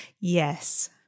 yes